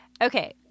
Okay